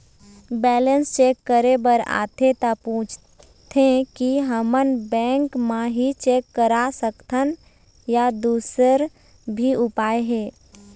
Balance check करे बर आथे ता पूछथें की हमन बैंक मा ही चेक करा सकथन या दुसर भी उपाय हे?